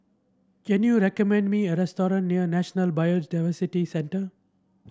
can you recommend me a restaurant near National Biodiversity Centre